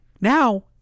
now